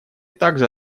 также